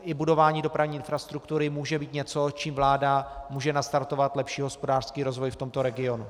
I budování dopravní infrastruktury může být něco, čím vláda může nastartovat lepší hospodářský rozvoj v tomto regionu.